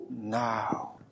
now